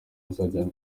azajya